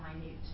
minute